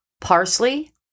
parsley